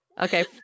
okay